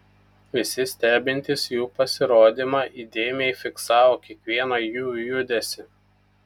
visi stebintys jų pasirodymą įdėmiai fiksavo kiekvieną jų judesį